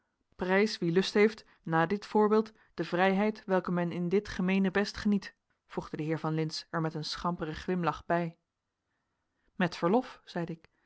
prijs wie lust heeft na dit voorbeeld de vrijheid welke men in dit gemeenebest geniet voegde de heer van lintz er met een schamperen glimlach bij met verlof zeide ik